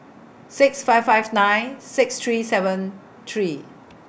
six five five nine six three seven three